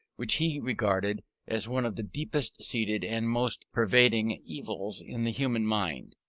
which he regarded as one of the deepest seated and most pervading evils in the human mind.